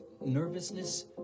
nervousness